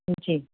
जी